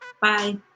Bye